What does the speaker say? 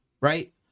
right